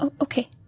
Okay